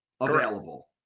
available